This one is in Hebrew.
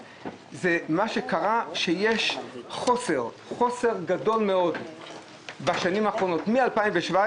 יש חוסר גדול מאוד בשנים האחרונות בתחום התחבורה הציבורית.